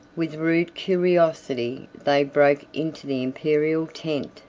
with rude curiosity they broke into the imperial tent,